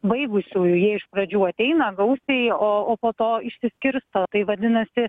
baigusiųjų jie iš pradžių ateina gausiai o o po to išsikirto tai vadinasi